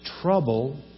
trouble